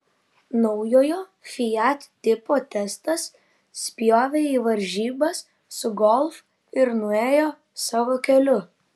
naujojo fiat tipo testas spjovė į varžybas su golf ir nuėjo savo keliu